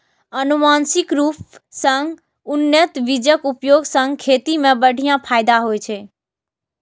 आनुवंशिक रूप सं उन्नत बीजक उपयोग सं खेती मे बढ़िया फायदा होइ छै